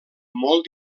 molt